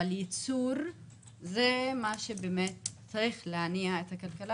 אבל ייצור זה מה שבאמת צריך להניע את הכלכלה